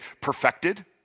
perfected